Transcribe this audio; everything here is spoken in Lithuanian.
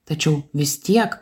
tačiau vis tiek